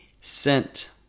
sent